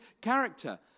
character